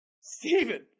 Steven